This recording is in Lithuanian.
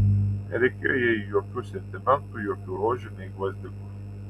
nereikėjo jai jokių sentimentų jokių rožių nei gvazdikų